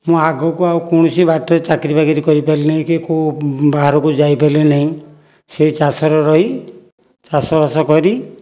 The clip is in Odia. ମୁଁ ଆଗକୁ ଆଉ କୌଣସି ବାଟରେ ଚାକିରି ବାକିରି କରି ପାରିଲି ନାହିଁ କି କୋଉ ବାହାରକୁ ଯାଇ ପାରିଲି ନାହିଁ ସେଇ ଚାଷରେ ରହି ଚାଷ ବାସ କରି